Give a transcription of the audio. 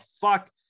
fuck